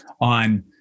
on